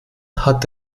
hat